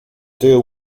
deal